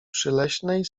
przyleśnej